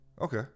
Okay